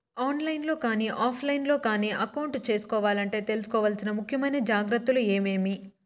On line లో కానీ offline లో కానీ అకౌంట్ సేసుకోవాలంటే తీసుకోవాల్సిన ముఖ్యమైన జాగ్రత్తలు ఏమేమి?